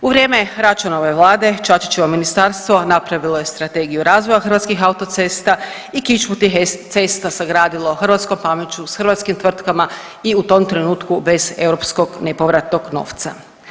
U vrijeme Račanove Vlade, Čačićevo ministarstvo napravilo je Strategiju razvoja hrvatskih autocesta i kičmu tih cesta sagradilo hrvatsko pameću, s hrvatskim tvrtkama i tom trenutku bez europskog nepovratnog novca.